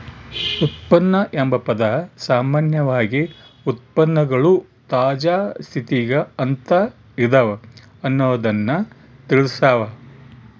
ಉತ್ಪನ್ನ ಎಂಬ ಪದ ಸಾಮಾನ್ಯವಾಗಿ ಉತ್ಪನ್ನಗಳು ತಾಜಾ ಸ್ಥಿತಿಗ ಅಂತ ಇದವ ಅನ್ನೊದ್ದನ್ನ ತಿಳಸ್ಸಾವ